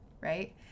right